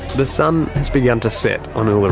the sun has begun to set on